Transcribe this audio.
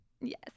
Yes